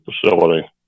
facility